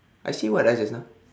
I say what ah just now